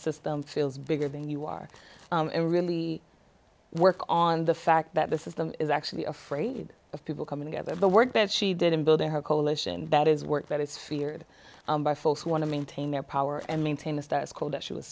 system feels bigger than you are really work on the fact that this is them is actually afraid of people coming together the work that she did in building her coalition that is work that is feared by folks who want to maintain their power and maintain the status quo that she was